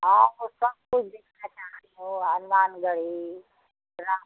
और सब कुछ देखना चाहती हूँ हनुमानगढ़ी राम